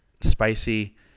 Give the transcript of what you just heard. spicy